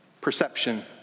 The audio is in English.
perception